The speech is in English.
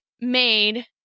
made